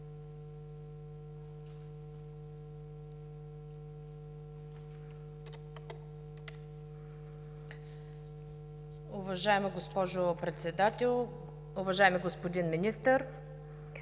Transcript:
Уважаема госпожо Председател, уважаеми господин Министър,